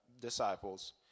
disciples